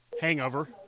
hangover